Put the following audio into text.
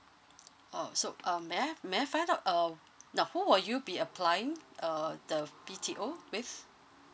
oh so um may I may I find out of now who will you be applying uh the B_T_O with